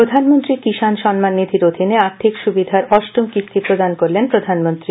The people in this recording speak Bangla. প্রধানমন্ত্রী কিষাণ সম্মান নিধির অধীনে আর্থিক সুবিধার অষ্টম কিস্তি প্রদান করলেন প্রধানমন্ত্রী